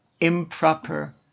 Improper